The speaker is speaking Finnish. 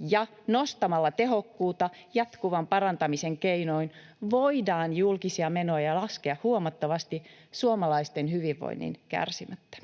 ja nostamalla tehokkuutta jatkuvan parantamisen keinoin voidaan julkisia menoja laskea huomattavasti suomalaisten hyvinvoinnin kärsimättä.